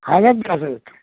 হাজার টাকা রেট